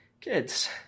Kids